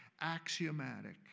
axiomatic